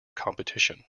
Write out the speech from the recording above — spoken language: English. competition